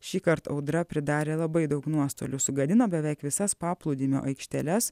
šįkart audra pridarė labai daug nuostolių sugadino beveik visas paplūdimio aikšteles